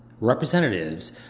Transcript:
representatives